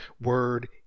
word